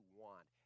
want